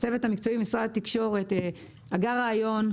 הצוות המקצועי במשרד התקשורת הגה רעיון,